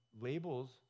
labels